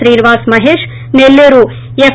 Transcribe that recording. Srinivas Mahesh Selluru F